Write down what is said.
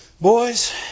Boys